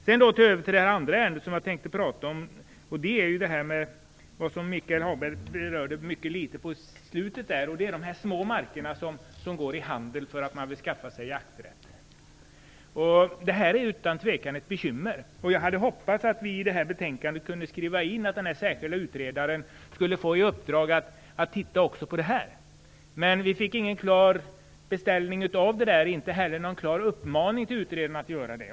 Den andra frågeställning som jag tänkte ta upp och som Michael Hagberg som hastigast avslutningsvis berörde gäller de små markområden som går i handel för att man vill skaffa sig jakträtt. Detta är utan tvivel ett bekymmer. Jag hade hoppats att vi i det här betänkandet skulle ha kunnat skriva in att den särskilde utredaren skulle få i uppdrag att studera också på det här, men vi fick inte någon klar beställning till utredaren att göra detta.